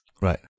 right